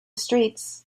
streets